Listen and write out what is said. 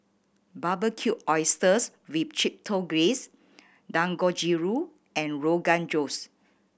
Barbecued Oysters with Chipotle Glaze Dangojiru and Rogan Josh